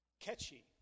Catchy